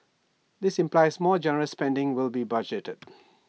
this implies more generous spending will be budgeted